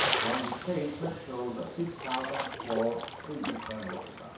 rounded sales shows six thousand for three different rows. ah